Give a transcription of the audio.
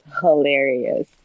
hilarious